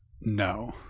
No